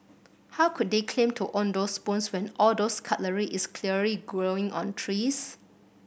how could they claim to own those spoons when all those cutlery is clearly growing on trees